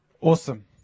Awesome